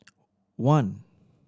one